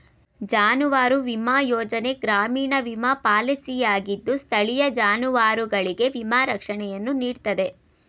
ಜಾನುವಾರು ವಿಮಾ ಯೋಜನೆ ಗ್ರಾಮೀಣ ವಿಮಾ ಪಾಲಿಸಿಯಾಗಿದ್ದು ಸ್ಥಳೀಯ ಜಾನುವಾರುಗಳಿಗೆ ವಿಮಾ ರಕ್ಷಣೆಯನ್ನು ನೀಡ್ತದೆ